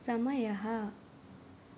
समयः